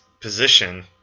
position